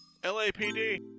LAPD